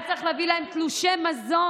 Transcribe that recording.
היה צריך להביא לה תלושי מזון,